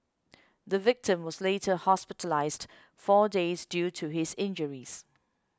the victim was later hospitalised four days due to his injuries